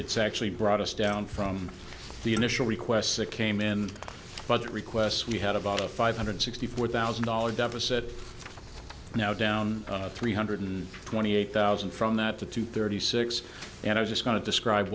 it's actually brought us down from the initial requests that came in budget requests we had about a five hundred sixty four thousand dollar deficit now down three hundred twenty eight thousand from that to two thirty six and i was just going to describe